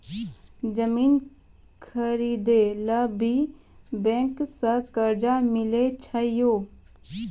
जमीन खरीदे ला भी बैंक से कर्जा मिले छै यो?